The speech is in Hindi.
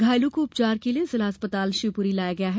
घायलों को उपचार के लिए जिला अस्पताल शिवपुरी लाया गया है